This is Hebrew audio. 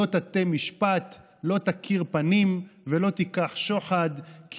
לא תטה משפט לא תכיר פנים ולא תקח שחד כי